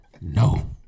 No